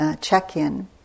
check-in